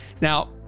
Now